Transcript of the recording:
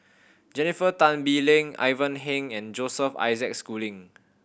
Jennifer Tan Bee Leng Ivan Heng and Joseph Isaac Schooling